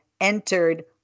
entered